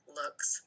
looks